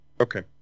Okay